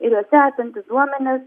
ir juose esantys duomenys